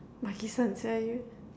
makisan sia you